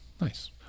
Nice